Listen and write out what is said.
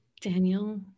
Daniel